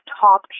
Top